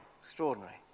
Extraordinary